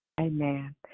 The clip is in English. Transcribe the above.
Amen